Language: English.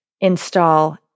install